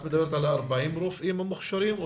את מדברת על ה-40 רופאים המוכשרים?